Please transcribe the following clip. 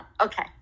okay